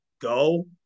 go